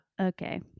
okay